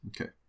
Okay